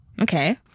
okay